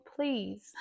please